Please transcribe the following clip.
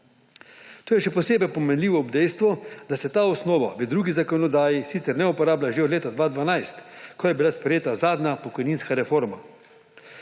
To je še posebej pomenljivo ob dejstvu, da se ta osnova v drugi zakonodaji sicer ne uporablja že od leta 2012, ko je bila sprejeta zadnja pokojninska reforma.